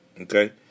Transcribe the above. okay